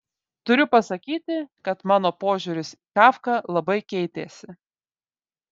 turiu pasakyti kad mano požiūris į kafką labai keitėsi